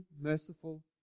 merciful